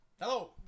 Hello